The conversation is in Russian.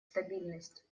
стабильность